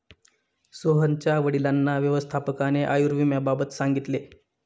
सोहनच्या वडिलांना व्यवस्थापकाने आयुर्विम्याबाबत सांगितले